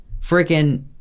freaking